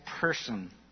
person